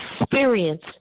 experience